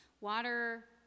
water